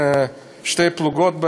שתי פלוגות,